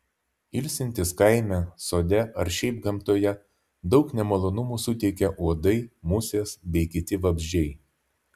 ilsintis kaime sode ar šiaip gamtoje daug nemalonumų suteikia uodai musės bei kiti vabzdžiai